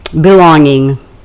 belonging